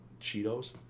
Cheetos